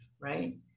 right